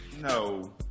No